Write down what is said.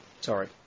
sorry